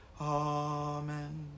Amen